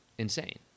insane